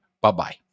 Bye-bye